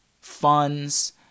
funds